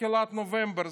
תחילת נובמבר,